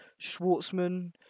Schwartzman